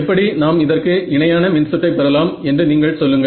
எப்படி நாம் இதற்கு இணையான மின் சுற்றை பெறலாம் என்று நீங்கள் சொல்லுங்கள்